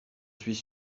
suis